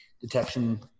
detection